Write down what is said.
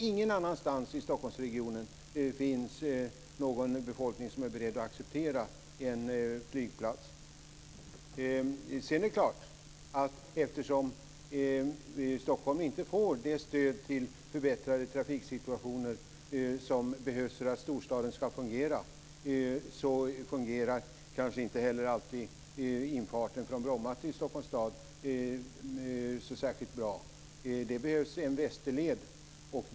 Ingen annanstans i Stockholmsregionen finns det någon befolkning som är beredd att acceptera en flygplats. Eftersom Stockholm inte får det stöd för den förbättrade trafiksituation som behövs för att storstaden ska fungera, fungerar kanske inte heller infarten från Bromma till Stockholms stad så särskilt bra. Det behövs en västerled.